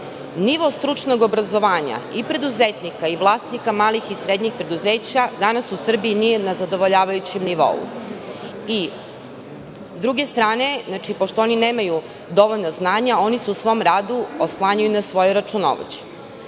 Nivo stručnog obrazovanja i preduzetnika i vlasnika malih i srednjih preduzeća danas u Srbiji nije na zadovoljavajućem nivou. S druge strane, pošto oni nemaju dovoljno znanja, oni se u svom radu oslanjaju na svoje računovođe. Ukoliko